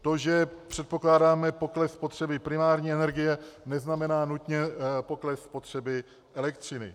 To, že předpokládáme pokles spotřeby primární energie, neznamená nutně pokles spotřeby elektřiny.